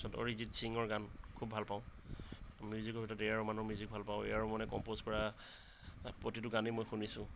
তাৰ পাছত অৰিজিৎ সিঙৰ গান খুব ভালপাওঁ মিউজিকৰ ভিতৰত এ আৰ ৰহমান ৰ মিউজিক ভালপাওঁ এ আৰ ৰহমানে কমপ'জ কৰা প্ৰতিতো গানেই মই শুনিছোঁ